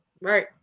right